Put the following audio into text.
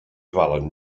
valen